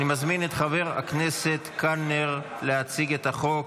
אני מזמין את חבר הכנסת קלנר להציג את החוק.